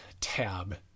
tab